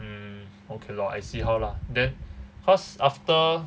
mm okay lor I see how lah then cause after